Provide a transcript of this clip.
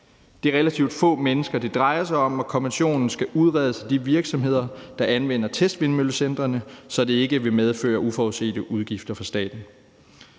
Det er relativt få mennesker, det drejer sig om, og kompensationen skal udredes af de virksomheder, der anvender testvindmøllecentrene, så det ikke vil medføre uforudsete udgifter for staten.